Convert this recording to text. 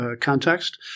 context